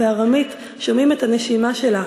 בארמית שומעים את הנשימה שלה: